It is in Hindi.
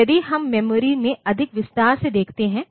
तो यदि हम मेमोरी में अधिक विस्तार से देखते हैं